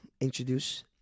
introduce